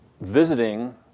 visiting